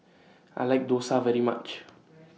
I like Dosa very much